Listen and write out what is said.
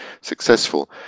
successful